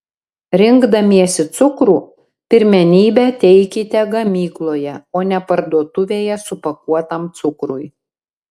rinkdamiesi cukrų pirmenybę teikite gamykloje o ne parduotuvėje supakuotam cukrui